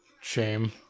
shame